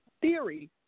theory